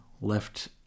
left